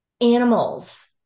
animals